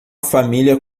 família